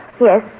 Yes